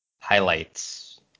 highlights